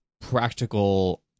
practical